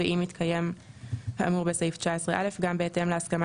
ואם התקיים האמור בסעיף 19(א) גם בהתאם להסכמה